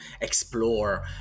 explore